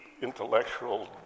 intellectual